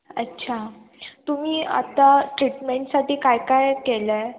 अच्छा तुम्ही आत्ता ट्रीटमेंटसाठी काय काय केलं आहे